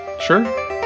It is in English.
Sure